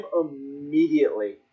immediately